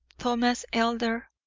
thomas elder,